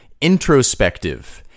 Introspective